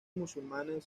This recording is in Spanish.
musulmanes